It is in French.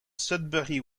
sudbury